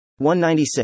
196